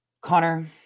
Connor